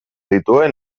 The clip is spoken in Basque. dituen